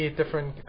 different